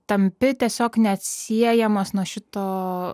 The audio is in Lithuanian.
tampi tiesiog neatsiejamas nuo šito